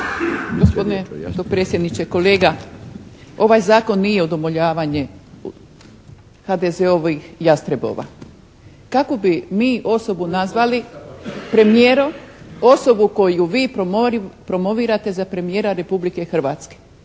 Gospodine potpredsjedniče, kolega. Ovaj zakon nije udovoljavanje HDZ-ovih jastrebova. Kako bi mi osobu nazvali premijeru osobu koju vi promovirate za premijera Republike Hrvatske.